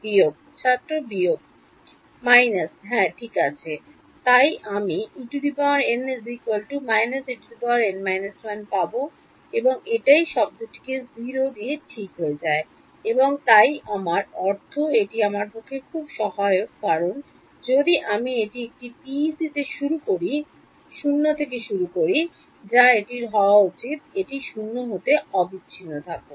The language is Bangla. বিয়োগ ছাত্র বিয়োগ মাইনাস হ্যাঁ ঠিক আছে তাই আমি En − En−1 পাব এবং এটাই শব্দটি 0 টি ঠিক হয়ে যায় এবং তাই আমার অর্থ এটি আমার পক্ষে খুব সহায়ক কারণ যদি আমি এটি একটি পিইসি তে 0 এ শুরু করি যা এটি হওয়া উচিত এটি 0 হতে অবিচ্ছিন্ন থাকুন